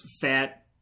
fat